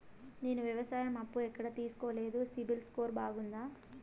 నేను వ్యవసాయం అప్పు ఎక్కడ తీసుకోలేదు, సిబిల్ స్కోరు బాగుందా?